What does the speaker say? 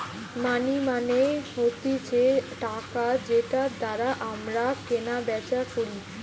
মানি মানে হতিছে টাকা যেটার দ্বারা আমরা কেনা বেচা করি